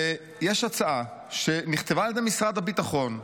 יש הצעה, שנכתבה על ידי משרד הביטחון,